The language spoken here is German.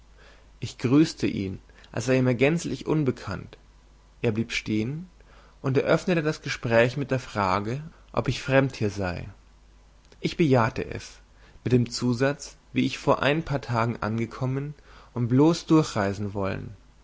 ich grüßte ihn als sei er mir gänzlich unbekannt er blieb stehen und eröffnete das gespräch mit der frage ob ich fremd hier sei ich bejahte es mit dem zusatz wie ich vor ein paar tagen angekommen und bloß durchreisen wollen